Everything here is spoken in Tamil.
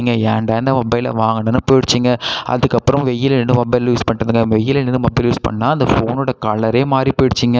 ஏன்டா இந்த மொபைலை வாங்குனோன்னு போயிடுச்சுங்க அதுக்கப்புறம் வெயில்ல நின்று மொபைல் யூஸ் பண்ணிட்டு இருந்தங்க வெயிலில் நின்று மொபைலை யூஸ் பண்ணால் அந்த ஃபோனோட கலரே மாறி போயிடுச்சுங்க